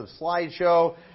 slideshow